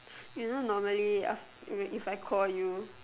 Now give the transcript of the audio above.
you know normally aft~ if I call you